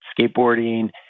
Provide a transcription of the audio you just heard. skateboarding